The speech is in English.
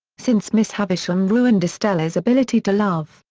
since miss havisham ruined estella's ability to love,